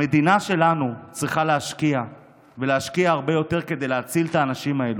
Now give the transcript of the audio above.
המדינה שלנו צריכה להשקיע ולהשקיע הרבה יותר כדי להציל את האנשים האלה,